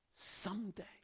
someday